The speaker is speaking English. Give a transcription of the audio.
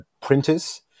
printers